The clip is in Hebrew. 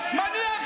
לצבא.